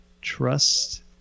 Trust